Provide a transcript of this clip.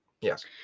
Yes